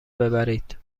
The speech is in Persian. ببرید